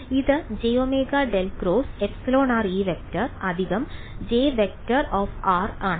അതിനാൽ ഇത് jω∇ × εrE→ J→ ആണ്